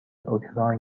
اوکراین